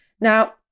Now